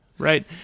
Right